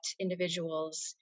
individuals